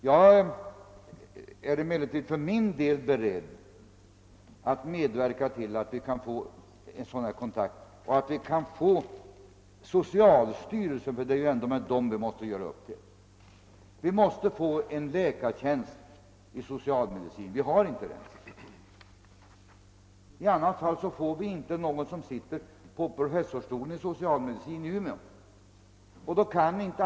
Jag är emellertid för min del beredd att medverka för att få en sådan här kontakt till stånd. Vi bör få kontakt med socialstyrelsen, ty det är med socialstyrelsen vi måste göra upp detta. Vi måste få en läkartjänst i socialmedicin — det har vi inte nu. I annat fall får vi inte någon som sitter på professorsstolen i socialmedicin vid Umeå universitet.